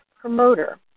promoter